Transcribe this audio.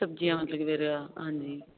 ਸਬਜੀਆਂ ਲਿਖ ਦੇ ਰਿਹਾ ਹਾਂਜੀ